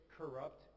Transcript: corrupt